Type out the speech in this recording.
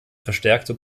verstärkte